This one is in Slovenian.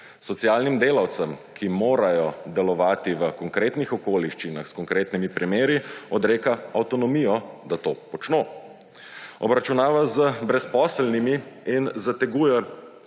Socialnim delavcem, ki morajo delovati v konkretnih okoliščinah s konkretnimi primeri, odreka avtonomijo, da to počno. Obračunava z brezposelnimi in zateguje